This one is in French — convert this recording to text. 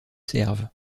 serve